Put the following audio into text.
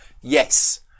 Yes